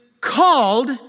called